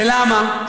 ולמה?